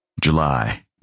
July